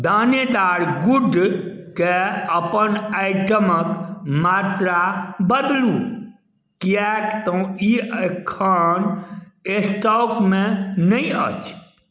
दानेदार गुडके अपन आइटमक मात्रा बदलु किएक तऽ ई एखन स्टॉकमे नहि अछि